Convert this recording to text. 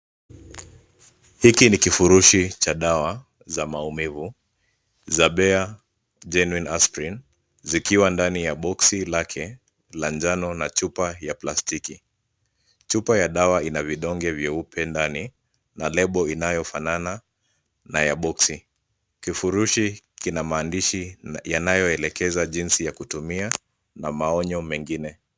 Hiki ni kifurushi cha dawa za maumivu za Bayer Genuine Aspirin zikiwa ndani ya boksi lake la njano na chupa ya plastiki. Chupa ya dawa ina vidonge vyeupe ndani na lebo inayofanana na ya boksi. Kifurushi kina maandishi yanayoelekeza jinsi ya kutumia na maonyo mengine.